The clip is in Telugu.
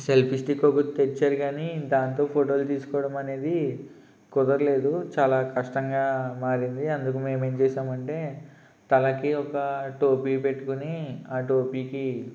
సెల్ఫీ స్టిక్ ఒకరు తెచ్చారు కానీ దాంతో ఫోటోలు తీసుకోవడం అనేది కుదరలేదు చాలా కష్టంగా మారింది అందుకు మేము ఏం చేసామంటే తలకి ఒక టోపీ పెట్టుకుని ఆ టోపీకి